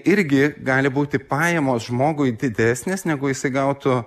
irgi gali būti pajamos žmogui didesnės negu jisai gautų